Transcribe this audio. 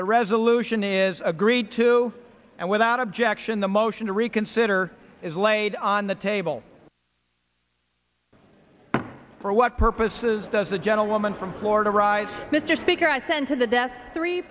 the resolution is agreed to and without objection the motion to reconsider is laid on the table for what purposes does the gentlewoman from florida arise mr speaker i sent to the death three